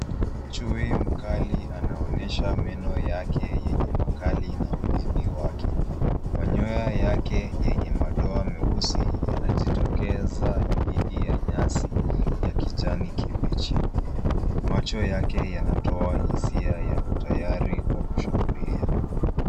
Chui mkali anaonesha meno yake yenye makali na ulimi wake. Manyoya yake yenye madoa meusi yanajitokeza dhidi ya nyasi ya kijani kibichi. Macho yake yanatoa hisia ya utayari wa kushambulia.